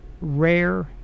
rare